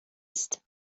است